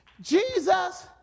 Jesus